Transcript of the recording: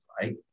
right